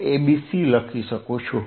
abc લખી શકું છું